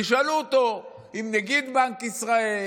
תשאלו אותו אם נגיד בנק ישראל